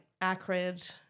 acrid